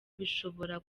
bishobora